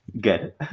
Good